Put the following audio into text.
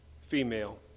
female